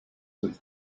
with